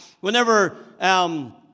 whenever